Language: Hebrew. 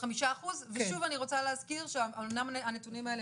אמנם הנתונים האלה